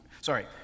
Sorry